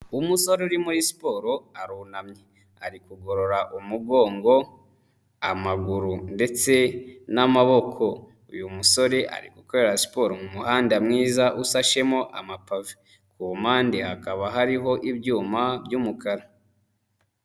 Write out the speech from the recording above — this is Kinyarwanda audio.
Umusore uri muri siporo arunamye. Ari kugorora umugongo, amaguru ndetse n'amaboko. Uyu musore ari gukorera siporo mu muhanda mwiza ushashemo amapave. Ku mpande hakaba hariho ibyuma by'umukara.